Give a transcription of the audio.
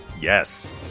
Yes